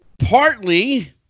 partly